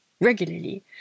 regularly